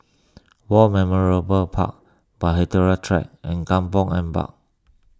War Memorial War Park Bahtera Track and Kampong Ampat